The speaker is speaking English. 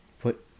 put